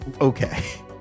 Okay